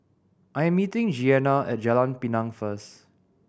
I am meeting Jeanna at Jalan Pinang first